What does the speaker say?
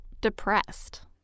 depressed